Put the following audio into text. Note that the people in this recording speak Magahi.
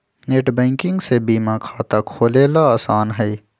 नेटबैंकिंग से बीमा खाता खोलेला आसान हई